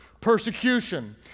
persecution